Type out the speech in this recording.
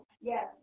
Yes